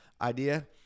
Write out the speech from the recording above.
idea